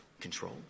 control